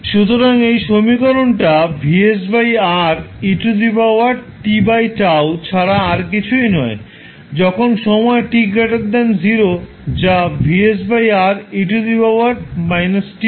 সুতরাং এই সমীকরণ টা ছাড়া আর কিছুই নয় যখন সময় t0 যা u হিসাবে লেখা যায়